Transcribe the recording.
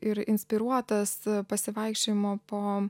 ir inspiruotas pasivaikščiojimo po